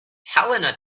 helena